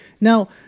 Now